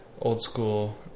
old-school